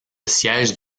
siège